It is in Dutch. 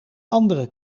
andere